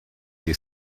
you